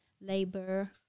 labor